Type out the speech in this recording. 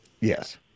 Yes